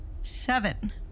Seven